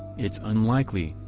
it's unlikely,